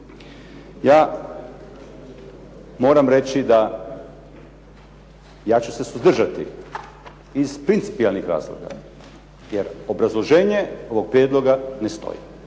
Ja moram reći da ću se suzdržati iz principijelnih razloga, jer obrazloženje ovog prijedloga ne stoji.